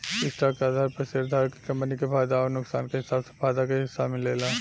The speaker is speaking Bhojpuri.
स्टॉक के आधार पर शेयरधारक के कंपनी के फायदा अउर नुकसान के हिसाब से फायदा के हिस्सा मिलेला